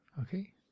Okay